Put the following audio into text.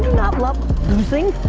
not love losing,